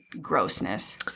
grossness